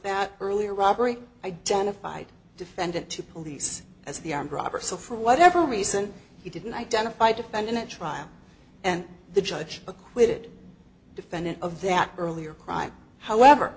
that earlier robbery identified defendant to police as the armed robber so for whatever reason he didn't identify defendant trial and the judge acquitted defendant of that earlier crime however